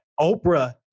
Oprah